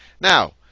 Now